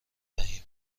دهیم